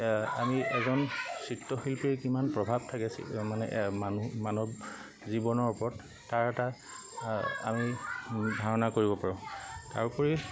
আমি এজন চিত্ৰশিল্পীৰ কিমান প্ৰভাৱ থাকে মানে মানুহ মানৱ জীৱনৰ ওপৰত তাৰ এটা আমি ধাৰণা কৰিব পাৰোঁ তাৰোপৰি